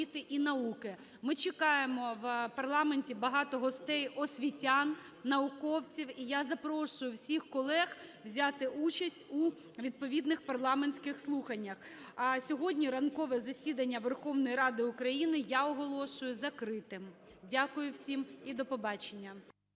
і науки". Ми чекаємо в парламенті багато гостей: освітян, науковців. І я запрошую всіх колег взяти участь у відповідних парламентських слуханнях. А сьогодні ранкове засідання Верховної Ради України я оголошую закритим. Дякую всім. І до побачення.